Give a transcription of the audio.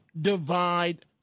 divide